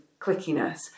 clickiness